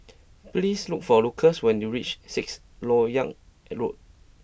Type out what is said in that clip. please look for Lucas when you reach Sixth Lok Yang Road